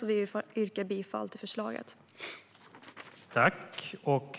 Jag yrkar bifall till utskottets förslag.